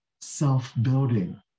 self-building